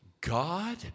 God